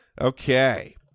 Okay